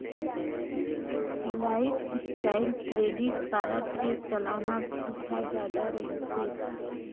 lifestyle credit card के सलाना fees ह जादा रहिथे